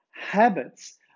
habits